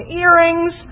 earrings